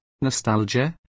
nostalgia